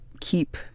keep